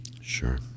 Sure